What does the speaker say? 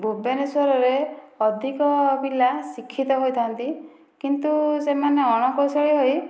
ଭୁବନେଶ୍ଵରରେ ଅଧିକ ପିଲା ଶିକ୍ଷିତ ହୋଇଥାନ୍ତି କିନ୍ତୁ ସେମାନେ ଅଣକୌଶଳୀ ହୋଇ